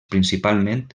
principalment